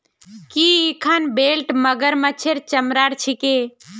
की इखन बेल्ट मगरमच्छेर चमरार छिके